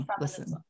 listen